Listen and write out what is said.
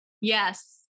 Yes